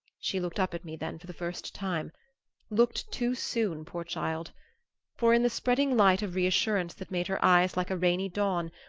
she looked up at me then for the first time looked too soon, poor child for in the spreading light of reassurance that made her eyes like a rainy dawn,